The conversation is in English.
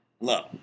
love